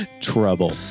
Trouble